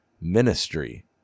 ministry